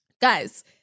Guys